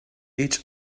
each